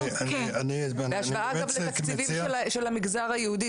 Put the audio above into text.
בהשוואה גם לתקציבים של המגזר היהודי,